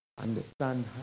Understand